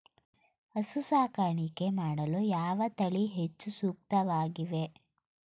ಹಸು ಸಾಕಾಣಿಕೆ ಮಾಡಲು ಯಾವ ತಳಿ ಹೆಚ್ಚು ಸೂಕ್ತವಾಗಿವೆ?